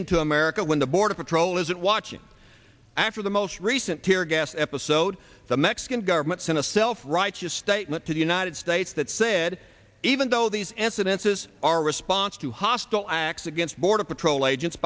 into america when the border patrol isn't watching after the most recent tear gas episode the mexican government sent a self righteous statement to the united states that said even though these incidences are response to hostile acts against border patrol agents